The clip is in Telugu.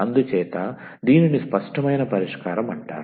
అందుచేత దీనిని స్పష్టమైన పరిష్కారం అంటారు